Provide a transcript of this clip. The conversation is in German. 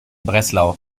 breslau